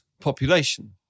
population